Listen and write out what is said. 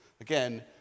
again